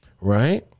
right